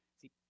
See